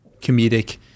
comedic